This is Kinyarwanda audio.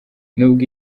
nubwo